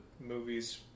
movies